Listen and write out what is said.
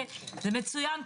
זה מצוין,